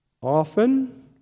Often